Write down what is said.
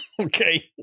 okay